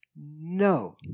no